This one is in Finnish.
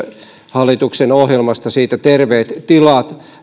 hallituksen ohjelmasta siitä terveet tilat